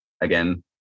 again